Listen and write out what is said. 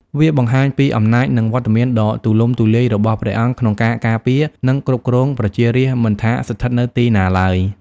វាបង្ហាញពីអំណាចនិងវត្តមានដ៏ទូលំទូលាយរបស់ព្រះអង្គក្នុងការការពារ និងគ្រប់គ្រងប្រជារាស្ត្រមិនថាស្ថិតនៅទីណាឡើយ។